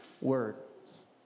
words